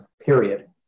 period